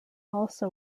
also